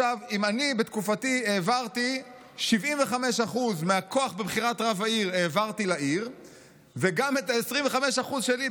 אם בתקופתי העברתי לעיר 75% מהכוח בבחירת רב העיר וגם את ה-25% שלי,